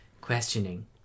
questioning